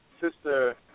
Sister